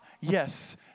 Yes